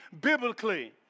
biblically